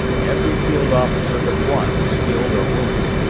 every field officer but one was killed or wounded.